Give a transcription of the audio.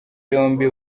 yombi